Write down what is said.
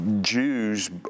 Jews